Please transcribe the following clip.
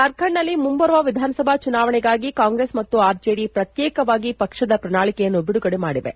ಜಾರ್ಖಂಡ್ನಲ್ಲಿ ಮುಂಬರುವ ವಿಧಾನಸಭಾ ಚುನಾವಣೆಗಾಗಿ ಕಾಂಗ್ರೆಸ್ ಮತ್ತು ಆರ್ ಜೆಡಿ ಪ್ರತ್ನೇಕವಾಗಿ ಪಕ್ಷದ ಪ್ರಣಾಳಿಕೆಯನ್ನು ಬಿಡುಗಡೆ ಮಾಡಿವೆ